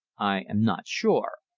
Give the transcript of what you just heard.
i am not sure,